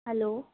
hello